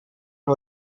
una